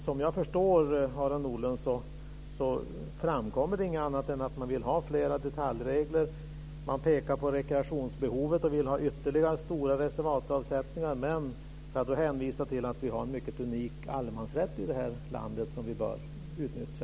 Som jag förstår Harald Nordlund framkommer det inget annat än att man vill ha flera detaljregler. Man pekar på rekreationsbehovet och vill ha ytterligare stora reservatsavsättningar, men får jag då hänvisa till att vi har en mycket unik allemansrätt i det här landet som vi också bör utnyttja.